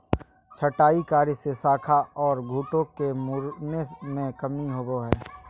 छंटाई कार्य से शाखा ओर खूंटों के मुड़ने में कमी आवो हइ